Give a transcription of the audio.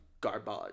garbage